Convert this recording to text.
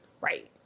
right